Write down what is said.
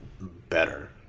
better